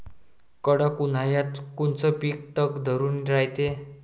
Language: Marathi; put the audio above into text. कडक उन्हाळ्यात कोनचं पिकं तग धरून रायते?